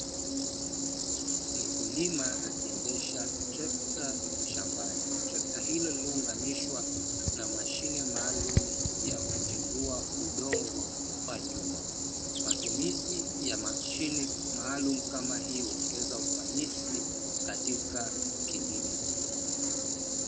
Mkulima akiendesha trekta shambani. Trekta hilo lililounganishwa na mashine maalumu ya kutindua udongo kwa nyuma. Matumizi ya mashine maalumu kama hii huongeza ufanisi katika kilimo.